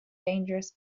dangerous